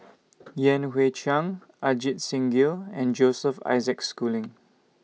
Yan Hui Chang Ajit Singh Gill and Joseph Isaac Schooling